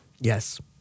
Yes